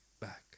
back